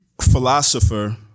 philosopher